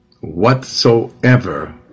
Whatsoever